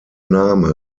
name